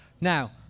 Now